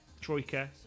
Troika